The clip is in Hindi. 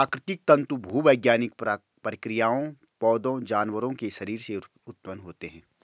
प्राकृतिक तंतु भूवैज्ञानिक प्रक्रियाओं, पौधों, जानवरों के शरीर से उत्पन्न होते हैं